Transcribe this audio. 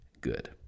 good